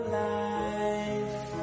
life